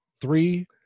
three